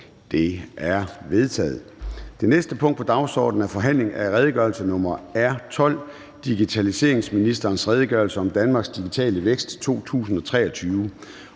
Det er vedtaget. --- Det næste punkt på dagsordenen er: 11) Forhandling om redegørelse nr. R 12: Digitaliseringsministerens redegørelse om Danmarks digitale vækst 2023.